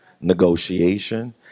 negotiation